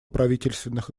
правительственных